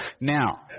Now